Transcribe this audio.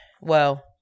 Well-